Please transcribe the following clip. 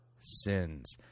sins